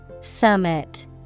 Summit